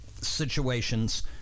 situations